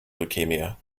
leukemia